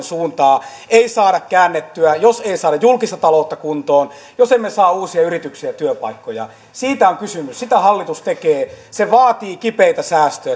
suuntaa ei saada käännettyä jos ei saada julkista taloutta kuntoon jos emme saa uusia yrityksiä ja työpaikkoja siitä on kysymys sitä hallitus tekee se vaatii kipeitä säästöjä